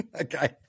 Okay